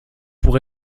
pour